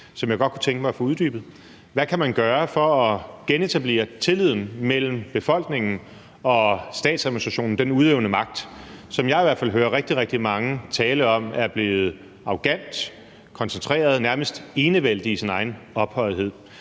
som jeg godt kunne tænke mig at få uddybet. Hvad kan man gøre for at genetablere tilliden mellem befolkningen og statsadministrationen, den udøvende magt, som jeg i hvert fald hører rigtig, rigtig mange tale om er blevet arrogant, koncentreret og nærmest enevældig i sin egen ophøjethed?